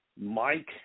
Mike